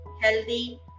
healthy